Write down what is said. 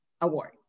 Award